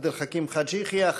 עבד אל חכים חאג' יחיא.